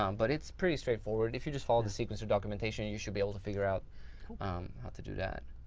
um but it's pretty straightforward. if you just follow the sequencer documentation then and you should be able to figure out how to do that.